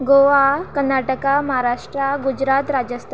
Goa Karnataka Maharashtra Gujarat Rajasthan